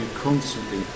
constantly